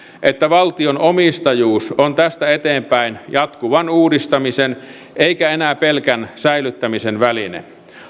että valtion omistajuus on tästä eteenpäin jatkuvan uudistamisen eikä enää pelkän säilyttämisen väline